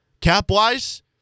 cap-wise